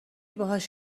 باهاش